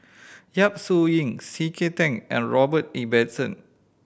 Yap Su Yin C K Tang and Robert Ibbetson